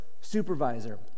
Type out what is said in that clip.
supervisor